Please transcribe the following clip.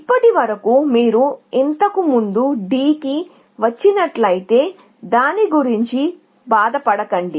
ఇప్పటివరకు మీరు ఇంతకు ముందు D కి వచ్చినట్లయితే దాని గురించి బాధపడకండి